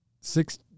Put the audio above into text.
six